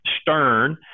stern